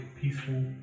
peaceful